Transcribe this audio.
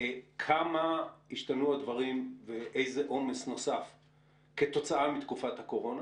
כמה השתנו הדברים ואיזה עומס נוסף כתוצאה מתקופת הקורונה?